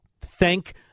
Thank